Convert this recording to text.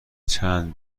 چند